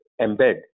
embed